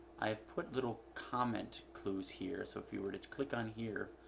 i have put little comment clues here, so if you were to to click on here,